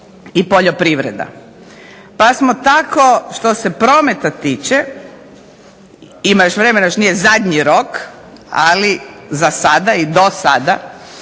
i Poljoprivreda. Pa smo tako što se prometa tiče, ima još vremena još nije zadnji rok, ali zasada i dosada